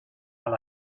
alla